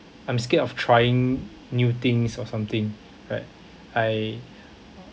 I'm scared of trying new things or something right I